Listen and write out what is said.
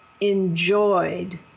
enjoyed